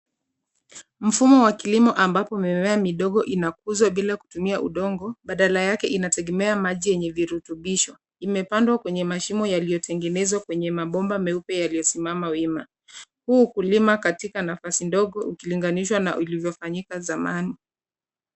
Mfumo wa kilimo ambapo mimea midogo inakuzwa bila kutumia udongo. Badala yake inategemea maji yenye virutubisho. Imepandwa kwenye mashimo yaliyotegenezwa kwenye mabomba meupe yaliyosimama wima. Huu ukulima katika nafasi ndogo ikilinganishwa na ilivyofanyika zamani.